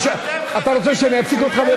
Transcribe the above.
אתה רוצה שאני אפסיק אותך?